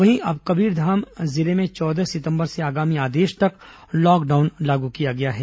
वहीं कबीरधाम जिले में चौदह सितंबर से आगामी आदेश तक लॉकडाउन लागू किया गया है